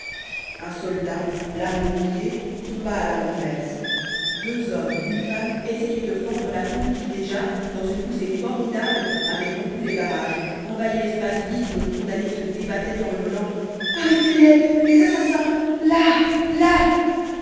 un soldat l'arme aux pieds tomba à la renverse deux hommes une femme essayaient de fendre la foule qui déjà dans une poussée formidable avait rompu les barrages envahi l'espace vide où le condamné se débattait en hurlant arrêtez les les assassins là là